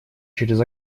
через